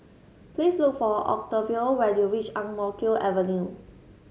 please look for Octavio when you reach Ang Mo Kio Avenue